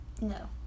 No